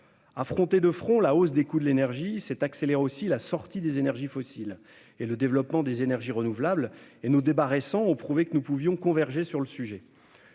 Affronter la hausse des coûts de l'énergie, c'est accélérer la sortie des énergies fossiles et le développement des énergies renouvelables. Nos débats récents ont prouvé que nous pouvions converger sur le sujet.